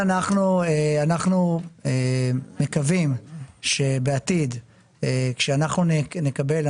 אנחנו מקווים שבעתיד כשאנחנו נקבל,